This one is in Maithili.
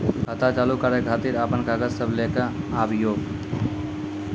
खाता चालू करै खातिर आपन कागज सब लै कऽ आबयोक?